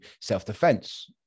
self-defense